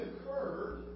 occurred